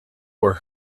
were